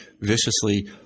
viciously